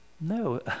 no